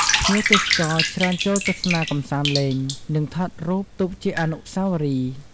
ភ្ញៀវទេសចរច្រើនចូលទស្សនាកម្សាន្តលេង និងថតរូបទុកជាអនុស្សាវររីយ៍។